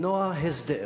למנוע הסדר.